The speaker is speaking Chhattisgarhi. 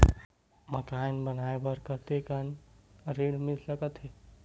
मकान बनाये बर कतेकन ऋण मिल सकथे?